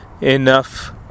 enough